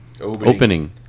Opening